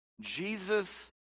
Jesus